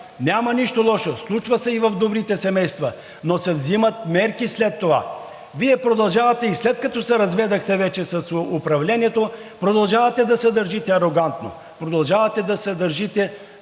Няма нищо лошо, случва се и в добрите семейства, но се вземат мерки след това. Вие продължавате и след като се разведохте вече с управлението, продължавате да се държите арогантно, продължавате да се държите